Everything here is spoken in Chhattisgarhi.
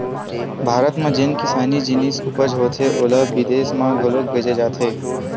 भारत म जेन किसानी जिनिस उपज होथे ओला बिदेस म घलोक भेजे जाथे